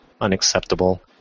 unacceptable